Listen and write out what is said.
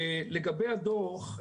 לגבי הדו"ח,